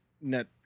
net